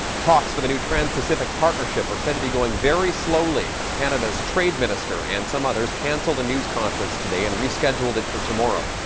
talks for the new trans pacific partnership are said to be going very slowly. canada's trade minister and some others cancelled a news conference today and rescheduled it for tomorrow.